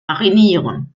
marinieren